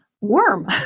worm